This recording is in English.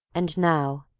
and now,